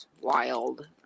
wild